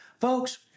Folks